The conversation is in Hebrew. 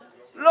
לא.